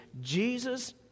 Jesus